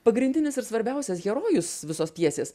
pagrindinis ir svarbiausias herojus visos pjesės